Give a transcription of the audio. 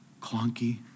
Clunky